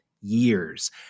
years